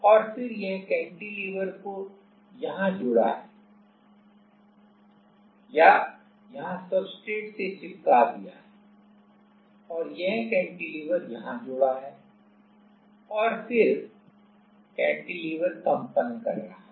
और फिर यह कैंटिलीवर को यहां जुड़ा है या यहां सब्सट्रेट से चिपका दिया है और यह कैंटिलीवर यहां जुड़ा है और फिर कैंटिलीवर कंपन कर सकता है